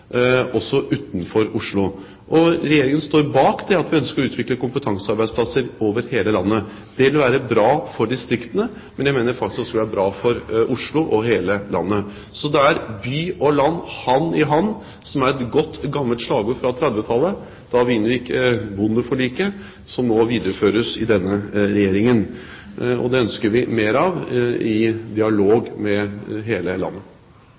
også utenfor Oslo. Regjeringen står bak ønsket om å utvikle kompetansearbeidsplasser over hele landet. Det vil være bra for distriktene, og jeg mener også at det vil være bra for Oslo og hele landet. Så det er «By og land, hand i hand», som er et godt gammelt slagord fra 1930-tallet da vi inngikk bondeforliket, som nå videreføres i denne regjeringen. Og det ønsker vi mer av, i dialog med hele landet.